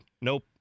Nope